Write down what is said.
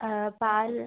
പാൽ